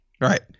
Right